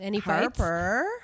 Harper